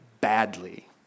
badly